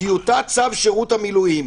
טיוטת צו שירות המילואים.